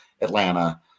Atlanta